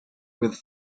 with